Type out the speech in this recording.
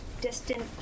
distant